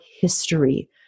history